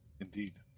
Indeed